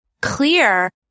clear